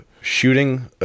shooting